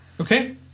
Okay